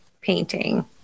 painting